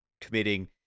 committing